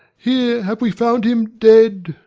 here have we found him dead.